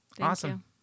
Awesome